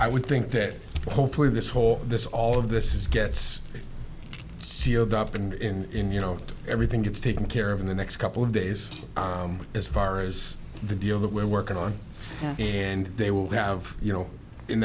i would think that hopefully this whole this all of this is gets sealed up in in you know everything gets taken care of in the next couple of days as far as the deal that we're working on and they will have you know in